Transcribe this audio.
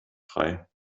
frei